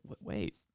wait